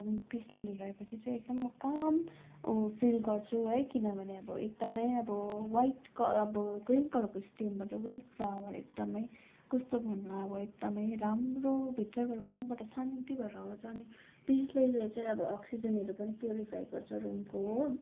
piece lily ल्याएपछि चाहिँ एकदम म काम फिल गर्छु है किनभने अब एकदमै अब व्हाइट अब क्रिम कलरको स्टिमबाट व्हाइट फ्लावर एकदमै कस्तो भन्नु अब एकदमै राम्रो भित्रैबाट मनबाट शान्ति भएर आउँछ अनि पिस लिलीलाई चाहिँ अब अक्सिजनहरू पनि पुरिफाई गर्छ रुमको हो